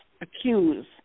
accuse